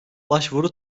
başvuru